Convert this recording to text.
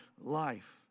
life